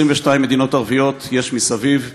22 מדינות ערביות יש מסביב,